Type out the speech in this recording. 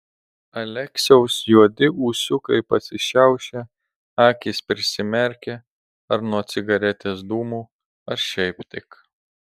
aleksiaus juodi ūsiukai pasišiaušia akys prisimerkia ar nuo cigaretės dūmų ar šiaip tik